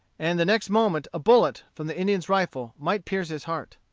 and the next moment a bullet, from the indian's rifle, might pierce his heart.